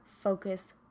focus